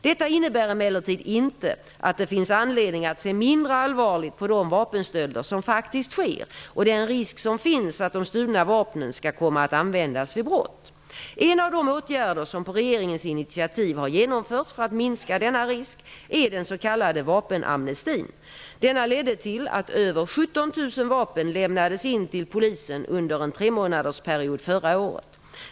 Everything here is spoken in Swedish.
Detta innebär emellertid inte att det finns anledning att se mindre allvarligt på de vapenstölder som faktiskt sker och den risk som finns att de stulna vapnen skall komma att användas vid brott. En av de åtgärder som på regeringens initiativ har genomförts för att minska denna risk är den s.k. vapen lämnades in till polisen under en tremånadersperiod förra året.